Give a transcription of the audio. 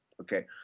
okay